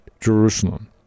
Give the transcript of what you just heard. Jerusalem